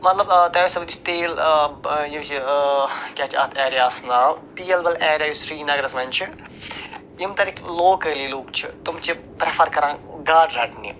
مطلب تۄہہِ آسیو تیٖل یہِ چھِ کیٛاہ چھِ اَتھ ایریاہَس ناو تیل بَل ایریا یُس سریٖنگَرَس منٛز چھِ یِم تَتِکۍ لوکَلی لُکھ چھِ تِم چھِ پرٛٮ۪فَر کران گاڈٕ رَٹنہِ